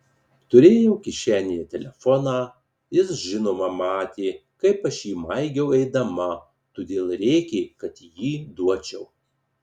turėjau kišenėje telefoną jis žinoma matė kaip aš jį maigiau eidama todėl rėkė kad jį duočiau